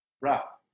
route